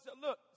look